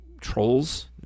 Trolls